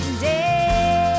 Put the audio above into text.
day